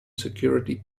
security